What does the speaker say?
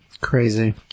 crazy